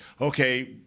okay